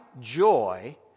joy